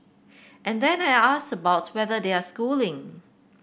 and then I asked about whether they are schooling